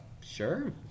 sure